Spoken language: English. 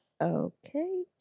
Okay